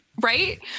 right